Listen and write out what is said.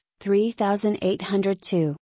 3802